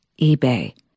eBay